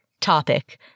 topic